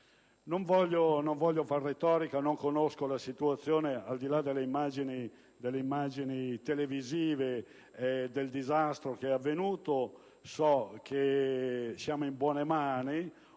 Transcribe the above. Non voglio fare retorica. Non conosco la situazione al di là delle immagini televisive del disastro che si è verificato. So che siamo in buone mani